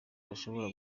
bashobora